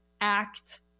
act